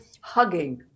hugging